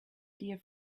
dear